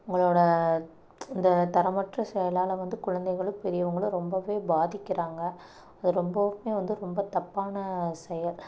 உங்களோட இந்த தரமற்ற செயலால் வந்து குழந்தைகளும் பெரியவர்களும் ரொம்பவே பாதிக்கிறாங்க அது ரொம்பவுமே வந்து ரொம்ப தப்பான செயல்